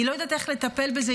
היא לא יודעת איך לטפל בזה,